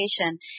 education